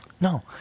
No